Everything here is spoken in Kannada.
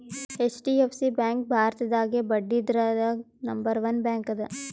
ಹೆಚ್.ಡಿ.ಎಫ್.ಸಿ ಬ್ಯಾಂಕ್ ಭಾರತದಾಗೇ ಬಡ್ಡಿದ್ರದಾಗ್ ನಂಬರ್ ಒನ್ ಬ್ಯಾಂಕ್ ಅದ